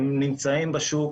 הם נמצאים בשוק,